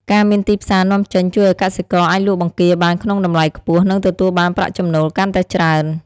ការមានទីផ្សារនាំចេញជួយឲ្យកសិករអាចលក់បង្គាបានក្នុងតម្លៃខ្ពស់ និងទទួលបានប្រាក់ចំណូលកាន់តែច្រើន។